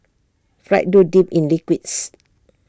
fried dough dipped in liquids